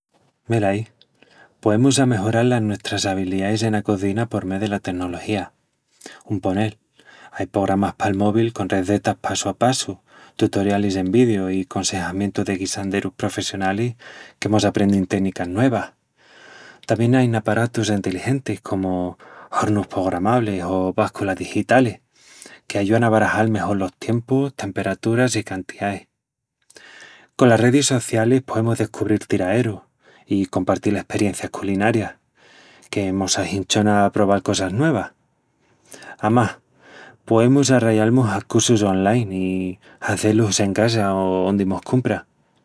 Velaí... poemus amejoral las nuestras abeliais ena cozina por mé dela tenología. Un ponel, ai pogramas pal mobi con rezetas passu a passu, tutorialis en vidiu i consejamientus de guisanderus professionalis que mos aprendin ténicas nuevas. Tamién ain aparatus enteligentis, como hornus pogramablis o básculas digitalis, que ayúan a barajal mejol los tiempus, temperaturas i cantiais. Colas redis socialis poemus descubril tiraerus i compartil esperiencias culinarias, que mos ahinchona a preval cosas nuevas. Amás, poemus arrayal-mus a cussus online i hazé-lus en casa o ondi mos cumpra..